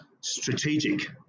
strategic